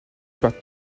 par